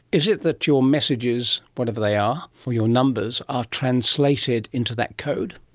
is it that your messages, whatever they are, or your numbers, are translated into that code?